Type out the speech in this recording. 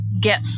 get